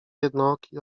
jednooki